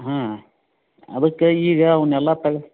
ಹ್ಞೂ ಅದಕ್ಕೇ ಈಗ ಅವನ್ನೆಲ್ಲ ತಗ್ದು